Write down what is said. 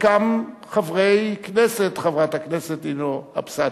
חלקם חברי הכנסת, חברת הכנסת נינו אבסדזה.